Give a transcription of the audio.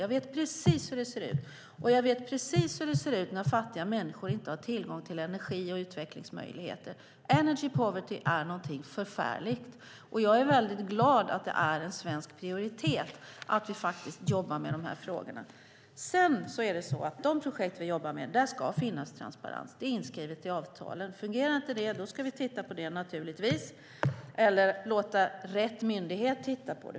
Jag vet precis hur det ser ut, och jag vet precis hur det ser ut när fattiga människor inte har tillgång till energi och utvecklingsmöjligheter. Energy poverty är något förfärligt. Jag är väldigt glad att det är en svensk prioritet att vi jobbar med de här frågorna. Sedan vill jag säga: I de projekt som vi jobbar med ska det finnas transparens. Det är inskrivet i avtalen. Fungerar det inte ska vi naturligtvis titta på det - eller låta rätt myndighet titta på det.